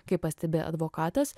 kaip pastebi advokatas